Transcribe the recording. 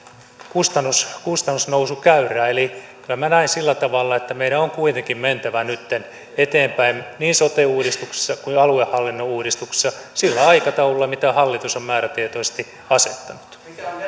kustannusnousukäyrää eli kyllä minä näen sillä tavalla että meidän on kuitenkin mentävä nytten eteenpäin niin sote uudistuksessa kuin aluehallinnon uudistuksessa sillä aikataululla minkä hallitus on määrätietoisesti asettanut